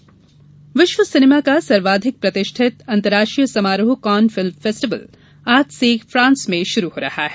cone फिल्मोत्सव विश्व सिनेमा का सर्वाधिक प्रतिष्ठित अंतर्राष्ट्रीय समारोह कॉन फिल्मोत्सव आज से फॉन्स में शुरू हो रहा है